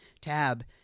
tab